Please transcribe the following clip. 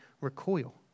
recoil